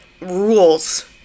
rules